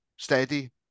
Steady